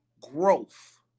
growth